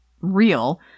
real